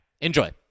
Enjoy